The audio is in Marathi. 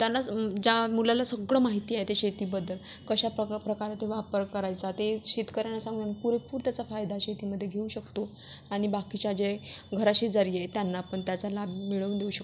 त्यांना स ज्या मुलाला सगळं माहिती आहे ते शेतीबद्दल कशा प्रका प्रकारे ते वापर करायचा ते शेतकऱ्यांना सांगून पुरेपूर त्याचा फायदा शेतीमध्ये घेऊ शकतो आणि बाकीच्या जे घराशेजारी आहे त्यांना पण त्याचा लाभ मिळवून देऊ शकतो